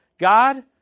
God